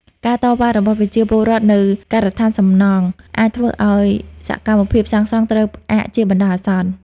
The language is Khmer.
ការតវ៉ារបស់ប្រជាពលរដ្ឋនៅការដ្ឋានសំណង់ អាចធ្វើឱ្យសកម្មភាពសាងសង់ត្រូវផ្អាកជាបណ្ដោះអាសន្ន។